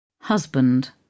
Husband